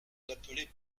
d’appeler